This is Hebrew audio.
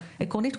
אז עקרונית,